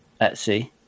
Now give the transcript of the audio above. Etsy